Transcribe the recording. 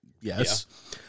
Yes